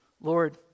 Lord